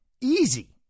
Easy